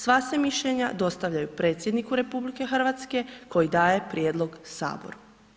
Sva se mišljenja dostavljaju predsjedniku RH koji daje prijedlog saboru.